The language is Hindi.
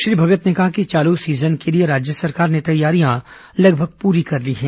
श्री भगत ने केहा कि चालू सीजन के लिए राज्य सरकार ने तैयारियां लगभग पूरी कर ली हैं